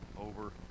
over